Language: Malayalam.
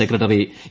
secretary A